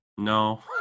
No